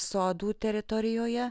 sodų teritorijoje